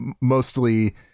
mostly